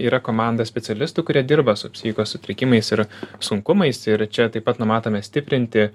yra komanda specialistų kurie dirba su psichikos sutrikimais ir sunkumais ir čia taip pat numatome stiprinti